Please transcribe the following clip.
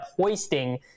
hoisting